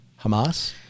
Hamas